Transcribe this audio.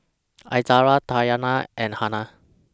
Izara Dayana and Hana